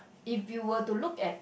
if you were to look at